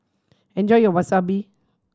enjoy your Wasabi